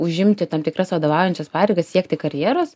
užimti tam tikras vadovaujančias pareigas siekti karjeros